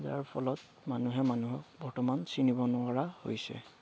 ইয়াৰ ফলত মানুহে মানুহক বৰ্তমান চিনিব নোৱাৰা হৈছে